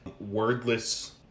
wordless